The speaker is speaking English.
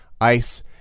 ice